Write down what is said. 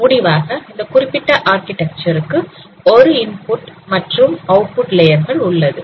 முடிவாக இந்த குறிப்பிட்ட ஆர்க்கிடெக்சர் க்கு ஒரு இன்புட் மற்றும் அவுட்புட் லேயர்கள் உள்ளது